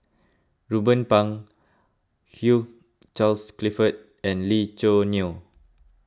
Ruben Pang Hugh Charles Clifford and Lee Choo Neo